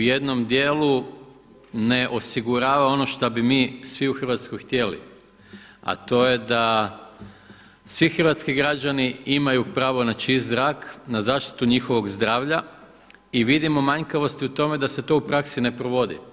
U jednom dijelu ne osigurava ono što bi mi svi u Hrvatskoj htjeli a to je da svi hrvatski građani imaju pravo na čist zrak, na zaštitu njihovog zdravlja, i vidimo manjkavosti u tome da se to u praksi ne provodi.